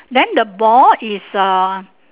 then the ball is uh